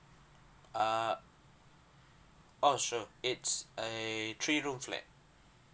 err oh sure it's a three room flat